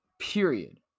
Period